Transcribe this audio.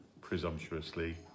presumptuously